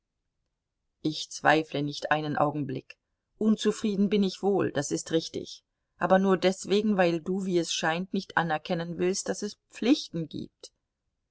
ich zweifle nicht einen augenblick unzufrieden bin ich wohl das ist richtig aber nur deswegen weil du wie es scheint nicht anerkennen willst daß es pflichten gibt